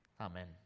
Amen